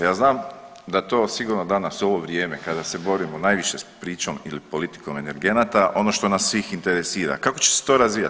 Ja znam da to sigurno danas u ovo vrijeme kada se borimo najviše s pričom ili politikom energenata ono što nas svih interesira kako će se to razvijati?